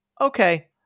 Okay